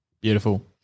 Beautiful